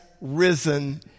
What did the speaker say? risen